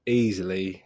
easily